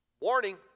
warning